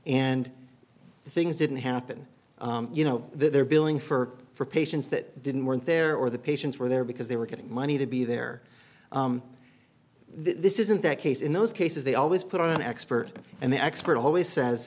and things didn't happen you know they're billing for for patients that didn't weren't there or the patients were there because they were getting money to be there this isn't that case in those cases they always put on an expert and the expert always says